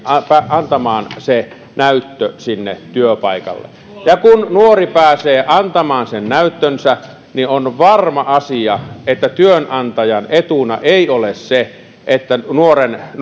antamaan näyttö sinne työpaikalle ja kun nuori pääsee antamaan näyttönsä niin on varma asia että työnantajan etuna ei ole se että